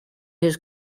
his